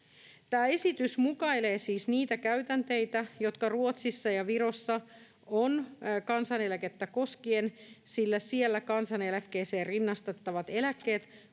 Tämä esitys mukailee siis niitä käytänteitä, jotka Ruotsissa ja Virossa ovat kansaneläkettä koskien, sillä siellä kansaneläkkeeseen rinnastettavat eläkkeet